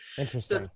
Interesting